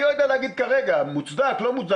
אני לא יודע להגיד כרגע אם זה מוצדק או לא.